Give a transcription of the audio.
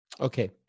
okay